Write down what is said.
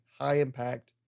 high-impact